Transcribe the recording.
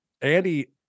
Andy